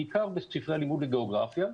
בעיקר בספרי הלימוד וגיאוגרפיה,